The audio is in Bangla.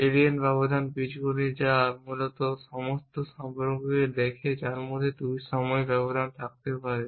এলিয়েন ব্যবধান বীজগণিত যা মূলত সমস্ত সম্পর্ককে দেখে যার মধ্যে 2 সময় ব্যবধান থাকতে পারে